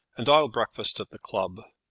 and i'll breakfast at the club.